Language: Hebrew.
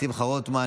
הצעת חוק יחסי ממון